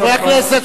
חברי הכנסת,